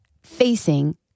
facing